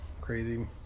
crazy